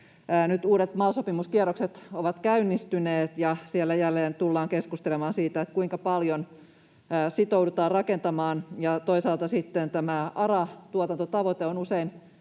Nyt uudet MAL-sopimuskierrokset ovat käynnistyneet, ja siellä jälleen tullaan keskustelemaan siitä, kuinka paljon sitoudutaan rakentamaan, ja toisaalta sitten tämä ARA-tuotantotavoite on usein